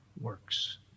works